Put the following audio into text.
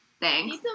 Thanks